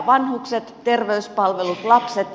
vanhukset terveyspalvelut lapset